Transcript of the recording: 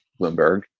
Bloomberg